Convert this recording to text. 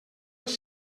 els